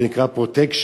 זה נקרא "פרוטקשן",